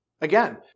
Again